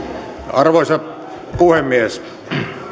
arvoisa puhemies